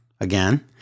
again